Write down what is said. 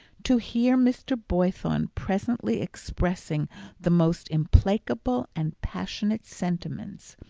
to hear mr. boythorn presently expressing the most implacable and passionate sentiments,